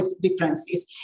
differences